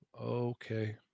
okay